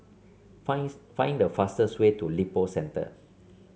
finds find the fastest way to Lippo Centre